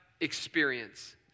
experience